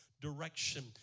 direction